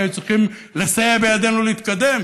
כי היו צריכים לסייע בידינו להתקדם,